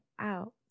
out